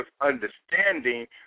understanding